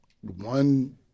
one